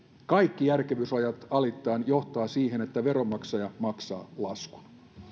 kaikki järkevyysrajat alittaen johtaa siihen että veronmaksaja maksaa laskun